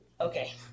Okay